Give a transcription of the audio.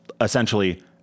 essentially